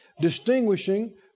distinguishing